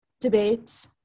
debate